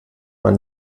man